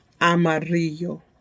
amarillo